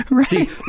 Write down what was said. See